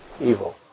evil